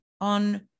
on